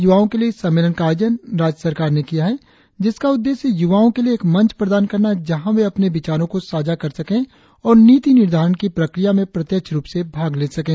युवाओं के लिए इस सम्मेलन का आयोजन राज्य सरकार ने किया है जिसका उद्देश्य युवाओं के लिए एक मंच प्रदान करना है जहां वे अपने विचारों को साझा कर सके और नीति निर्धारण की प्रक्रिया में प्रत्यक्ष रुप से भाग ले सकें